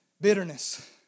Bitterness